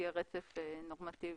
שיהיה רצף נורמטיבי.